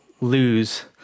lose